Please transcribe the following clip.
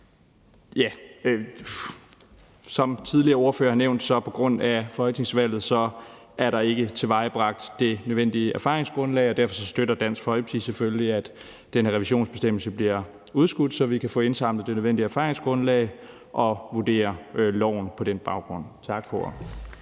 som tidligere ordførere har nævnt, er der på grund af folketingsvalget ikke tilvejebragt det nødvendige erfaringsgrundlag. Derfor støtter Dansk Folkeparti selvfølgelig, at den her revisionsbestemmelse bliver udskudt, så vi kan få indsamlet det nødvendige erfaringsgrundlag og vurdere loven på den baggrund. Tak for